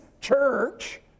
church